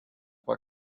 what